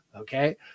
Okay